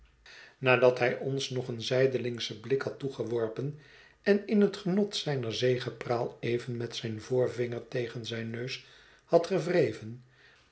nadat hij ons nog een zijdelingschen blik had toegeworpen en in het genot zijner zegepraal even met zijn voorvinger tegen zijn neus had gewreven